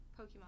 Pokemon